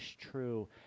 true